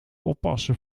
oppassen